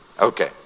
Okay